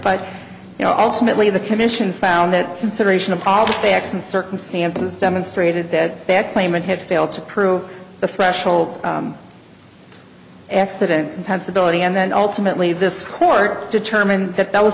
by you know ultimately the commission found that consideration of all the facts and circumstances demonstrated that back claimant had failed to prove the threshold accident has ability and that ultimately this court determined that th